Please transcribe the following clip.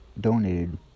donated